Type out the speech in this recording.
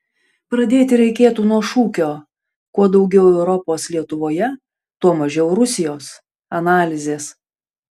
pradėti reikėtų nuo šūkio kuo daugiau europos lietuvoje tuo mažiau rusijos analizės